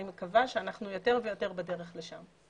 אני מקווה שאנחנו יותר ויותר בדרך לשם.